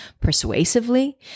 persuasively